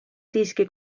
siiski